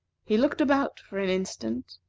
he looked about for an instant,